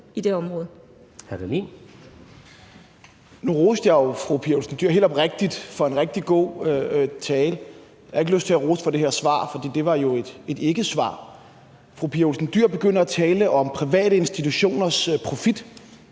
Pia Olsen Dyhr helt oprigtigt for en rigtig god tale, men jeg har ikke lyst til at give ros for det her svar, for det var jo et ikkesvar. Fru Pia Olsen Dyhr begynder at tale om private institutioners profit.